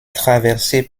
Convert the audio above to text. traversée